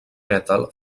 metal